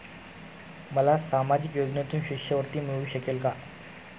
मला सामाजिक योजनेतून शिष्यवृत्ती मिळू शकेल का?